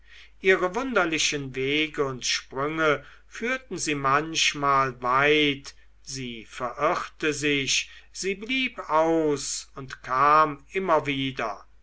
ihre wunderlichen wege und sprünge führten sie manchmal weit sie verirrte sich sie blieb aus und kam immer wieder